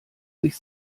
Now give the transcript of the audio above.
sich